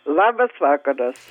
labas vakaras